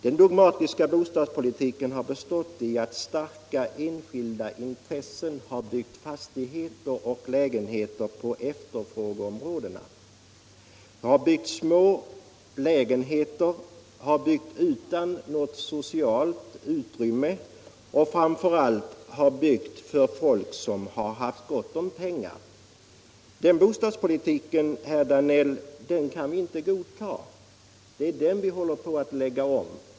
Den dogmatiska bostadspolitiken har bestått i att starka enskilda intressen har byggt fastigheter och lägenheter på välbelägna bostadsområden. De har byggt små lägenheter, oftast utan någon social ambition, och framför allt har de byggt för folk som har haft gott om pengar. Den bostadspolitiken kan vi inte vara med om, herr Danell. Det är den vi håller på att lägga om.